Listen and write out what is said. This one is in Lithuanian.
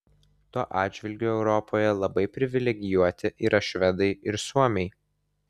tuo atžvilgiu europoje labai privilegijuoti yra švedai ir suomiai